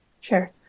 Sure